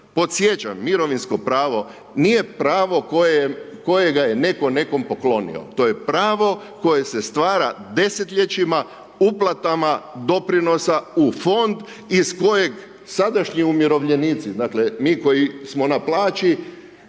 Podsjećam, mirovinsko pravo nije pravo kojega je netko nekome poklonio, to je pravo koje se stvara desetljećima, uplatama doprinosa u Fond iz kojeg sadašnji umirovljenici, dakle, mi koji smo na plaći,